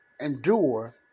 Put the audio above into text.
endure